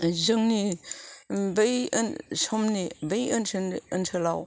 जोंनि बै समनि बै ओनसोलनि ओनसोलाव